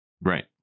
right